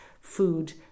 food